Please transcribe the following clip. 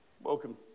Welcome